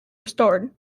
restored